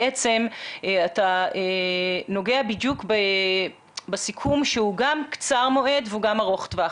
בעצם אתה נוגע בדיוק בסיכום שהוא גם קצר מועד והוא גם ארוך טווח,